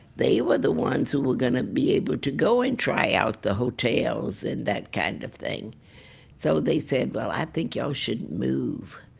they were the ones who were going to be able to go and try out the hotels and that kind of thing so they said, well, i think y'all should move,